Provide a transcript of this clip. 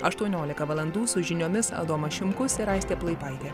aštuoniolika valandų su žiniomis adomas šimkus ir aistė plaipaitė